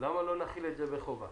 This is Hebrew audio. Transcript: - למה לא נחיל את זה בחובה?